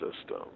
system